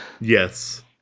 Yes